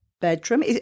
bedroom